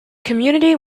community